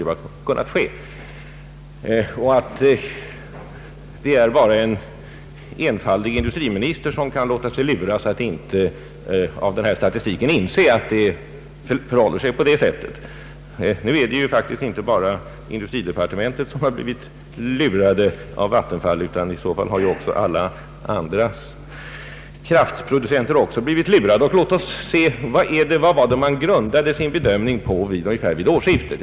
Han ville göra gällande att det bara är en enfaldig industriminister som kan låta sig luras att trots tillgången till den föreliggande statistiken inte inse lägets allvar. Låt mig till detta säga att det i så fall inte bara är industridepartementet som har blivit lurat av Vattenfall utan också andra kraftproducenter. Vad grundade man sin bedömning på ungefär vid årsskiftet?